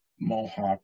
Mohawk